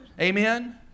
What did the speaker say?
Amen